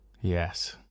Yes